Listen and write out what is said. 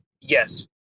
yes